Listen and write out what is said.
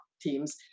teams